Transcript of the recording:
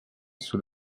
sous